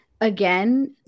again